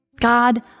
God